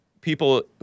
people